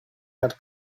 had